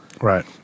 Right